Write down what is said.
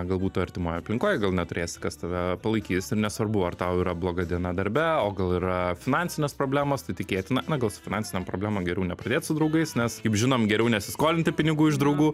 galbūt tu artimoj aplinkoj gal neturėsi kas tave palaikys ir nesvarbu ar tau yra bloga diena darbe o gal yra finansinės problemos tai tikėtina na gal su finansinėm problemom geriau nepradėt su draugais nes kaip žinom geriau nesiskolinti pinigų iš draugų